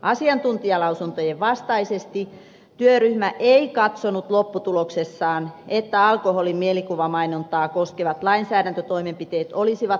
asiantuntijalausuntojen vastaisesti työryhmä ei katsonut lopputuloksessaan että alkoholin mielikuvamainontaa koskevat lainsäädäntötoimenpiteet olisivat tarkoituksenmukaisia